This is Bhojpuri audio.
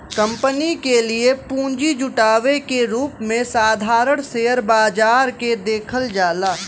कंपनी के लिए पूंजी जुटावे के रूप में साधारण शेयर बाजार के देखल जाला